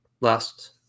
last